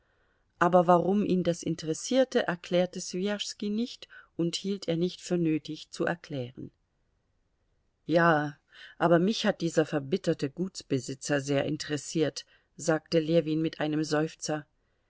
aber warum ihn das interessierte erklärte swijaschski nicht und hielt er nicht für nötig zu erklären ja aber mich hat dieser verbitterte gutsbesitzer sehr interessiert sagte ljewin mit einem seufzer